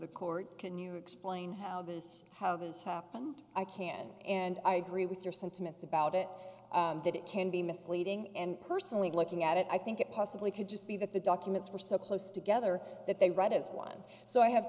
the court can you explain how this how this happened i can and i agree with your sentiments about it that it can be misleading and personally looking at it i think it possibly could just be that the documents were so close together that they read as one so i have